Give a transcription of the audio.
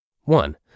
One